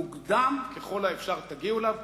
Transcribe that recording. מוקדם ככל האפשר תגיעו אליו,